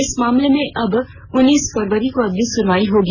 इस मामले में अब उन्नीस फरवरी को अगली सुनवाई होगी